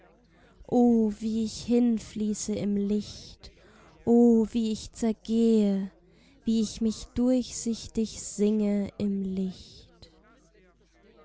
o wie ich hinfließe im licht o wie ich zergehe wie ich mich durchsichtig singe im licht